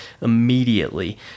immediately